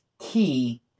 key